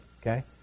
Okay